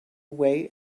way